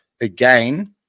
again